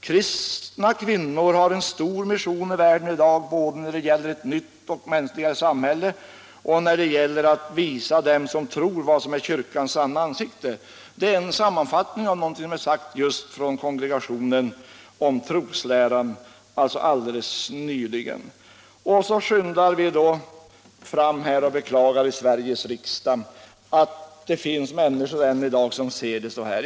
Kristna kvinnor har en stor mission i världen i dag både när det gäller att skapa ett nytt och mänskligare samhälle och då det gäller att visa för dem som tror vad som är kyrkans sanna ansikte. Detta är en sammanfattning av vad som helt nyligen sagts just av Kongregationen för trosläran. Så skyndar vi oss då i Sveriges riksdag fram och beklagar att det än i dag finns människor som ser saken på det sättet.